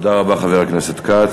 תודה רבה, חבר הכנסת כץ.